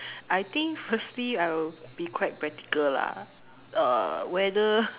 I think firstly I will be quite practical lah err whether